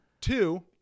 Two